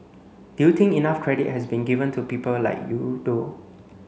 do you think enough credit has been given to people like you though